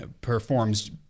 performs